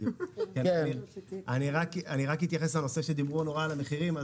רק אתייחס לנושא שדיברו על המחירים.